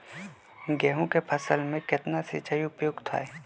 गेंहू के फसल में केतना सिंचाई उपयुक्त हाइ?